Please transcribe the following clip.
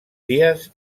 dies